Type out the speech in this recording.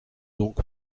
donc